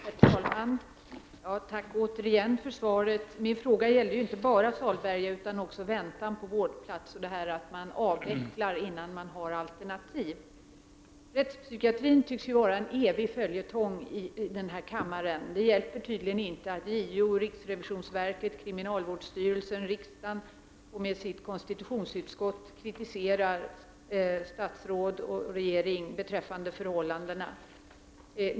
Herr talman! Jag tackar återigen för svaret. Min fråga gällde emellertid inte bara Salberga, utan också väntan på vårdplats och det faktum att specialsjukhus avvecklas innan det finns några alternativ. Rättspsykiatrin tycks vara en evig följetong i denna kammare. Det hjälper tydligen inte att JO, riksrevisionsverket, kriminalvårdsstyrelsen och riksdagen med sitt konstitutionsutskott kritiserar statsråd och regering med anledning av förhållandena inom rättspsykiatrin.